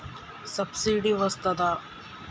Subsidy వస్తదా?